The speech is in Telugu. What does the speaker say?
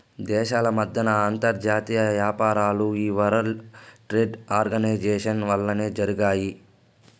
దేశాల మద్దెన అంతర్జాతీయ యాపారాలు ఈ వరల్డ్ ట్రేడ్ ఆర్గనైజేషన్ వల్లనే జరగతాయి